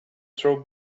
throw